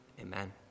amen